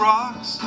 Rocks